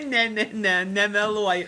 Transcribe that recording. ne ne ne nemeluoju